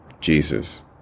Jesus